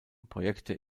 projekte